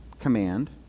command